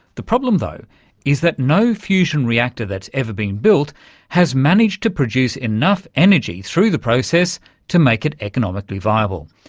the problem though is that no fusion reactor that's ever been built has managed to produce enough energy through the process to make it economically viable.